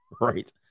Right